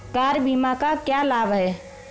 Car बीमा का क्या लाभ है?